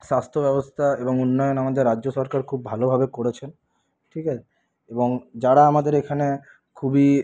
স্বাস্থ্য ব্যবস্থা এবং উন্নয়ন আমাদের রাজ্য সরকার খুব ভালোভাবে করেছেন ঠিক আছে এবং যারা আমাদের এখানে খুবই